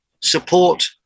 support